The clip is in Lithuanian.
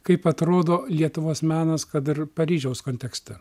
kaip atrodo lietuvos menas kad ir paryžiaus kontekste